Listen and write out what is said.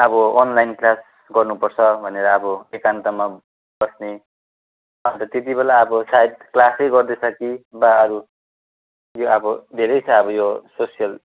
अब online class गर्नुपर्छ भनेर अब एकान्तमा बस्ने अन्त त्यति बेला अब सायद क्लासै गर्दैछ कि बा अरू यो अब धेरै छ अब यो सोसियल